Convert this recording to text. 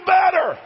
better